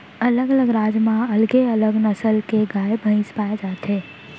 अलग अलग राज म अलगे अलग नसल के गाय भईंस पाए जाथे